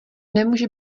nemůže